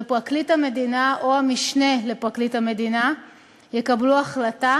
ופרקליט המדינה או המשנה לפרקליט המדינה יקבלו החלטה